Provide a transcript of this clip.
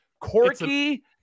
Corky